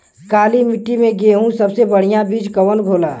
काली मिट्टी में गेहूँक सबसे बढ़िया बीज कवन होला?